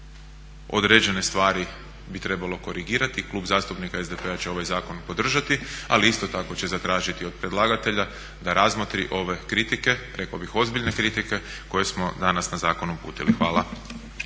određene stvari bi trebalo korigirati i klub zastupnika SDP-a će ovaj zakon podržati, ali isto tako će zatražiti od predlagatelja da razmotri ove kritike, rekao bih ozbiljne kritike koje smo danas na zakon uputili. Hvala.